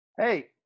Hey